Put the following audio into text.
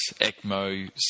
ECMO